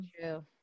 true